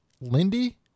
Lindy